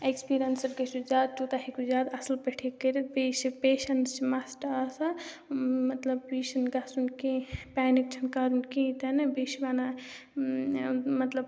experienced گٔژھِو زیادٕ تیوٗتاہ ہیٚکِو زیادٕ اَصٕل پٲٹھۍ یہِ کٔرِتھ بیٚیہِ چھِ پیشَنٕس چھِ مَسٹ آسان مطلب یہِ چھِنہٕ گژھُن کینٛہہ پینِک چھِںہٕ کَرُن کِہیٖنۍ تہِ نہٕ بیٚیہِ چھِ وَنان مطلب